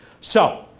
so,